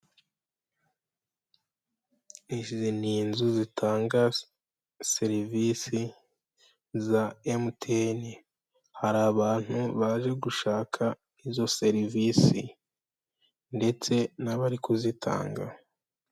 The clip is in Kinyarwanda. Izi ni inzu zitanga serivisi za MTN, hari abantu baje gushaka izo serivisi ndetse n'abari kuzitanga.